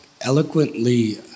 eloquently